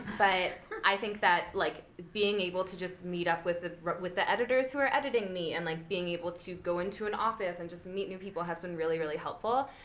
but i think that like being able to just meet up with the with the editors who are editing me and like being able to go into an office and just meet new people has been really, really helpful.